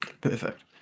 perfect